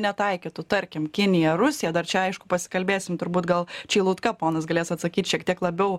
netaikytų tarkim kinija rusija dar čia aišku pasikalbėsim turbūt gal čeilutka ponas galės atsakyt šiek tiek labiau